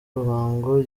ruhango